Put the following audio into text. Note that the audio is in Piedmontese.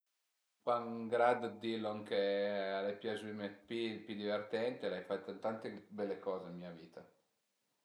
Sun pa ën grad dë di lon che al e piazüme d'pi, pi divertent, l'ai fait tante bele coze ën mia vita